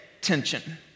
Tension